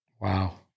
Wow